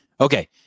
okay